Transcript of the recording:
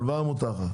הלוואה מותר.